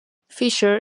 fisher